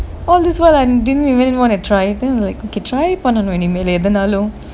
all this while I didn't even want to try then like try பண்ணனும் இனிமேலும் எதனாலும்:pannanum innimelum ethanaalum